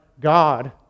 God